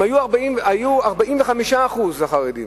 הם היו 45%, החרדים,